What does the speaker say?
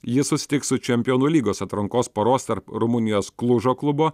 ji susitiks su čempionų lygos atrankos poros tarp rumunijos klužo klubo